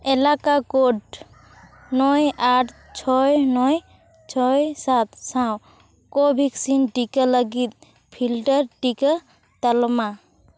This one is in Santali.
ᱮᱞᱟᱠᱟ ᱠᱳᱰ ᱱᱚᱭ ᱟᱴ ᱪᱷᱚᱭ ᱱᱚᱭ ᱪᱷᱚᱭ ᱥᱟᱛ ᱥᱟᱶ ᱠᱳᱼᱵᱷᱮᱠᱥᱤᱱ ᱴᱤᱠᱟᱹ ᱞᱟᱹᱜᱤᱫ ᱯᱷᱤᱞᱴᱟᱨ ᱴᱤᱠᱟᱹ ᱛᱟᱞᱢᱟ